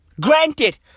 Granted